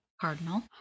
Cardinal